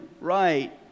right